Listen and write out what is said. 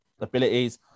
abilities